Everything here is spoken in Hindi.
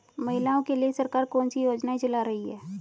महिलाओं के लिए सरकार कौन सी योजनाएं चला रही है?